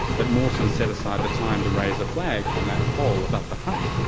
but mawson set aside the time to raise a flag on that pole above the hut.